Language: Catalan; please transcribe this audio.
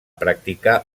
practicar